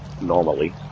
normally